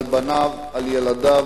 על בניו, על ילדיו,